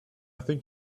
think